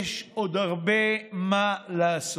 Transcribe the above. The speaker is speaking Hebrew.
יש עוד הרבה מה לעשות.